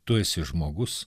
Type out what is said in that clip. tu esi žmogus